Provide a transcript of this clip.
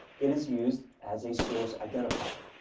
it is used as a source identifier.